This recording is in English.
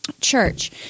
church